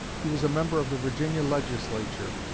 he was a member of the virginia legislature,